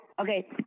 Okay